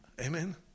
Amen